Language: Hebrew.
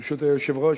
ברשות היושב-ראש,